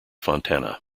fontana